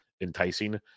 enticing